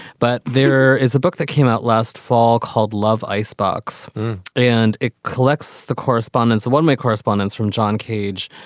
but there is a book that came out last fall called love icebox and. it collects the correspondence of one, my correspondence from john cage,